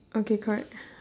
okay correct